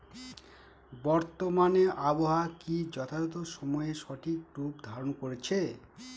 বর্তমানে আবহাওয়া কি যথাযথ সময়ে সঠিক রূপ ধারণ করছে?